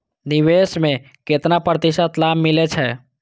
निवेश में केतना प्रतिशत लाभ मिले छै?